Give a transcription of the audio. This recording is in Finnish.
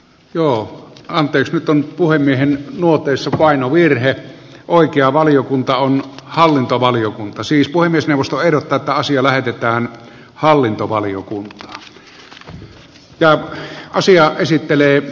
no anteeks nyt on puhemiehen luoteessa painovirhe oikea valiokunta on hallintovaliokunta siis puhemiesneuvosto ehdottaa paasio lähetetään hallintovaliokuntaan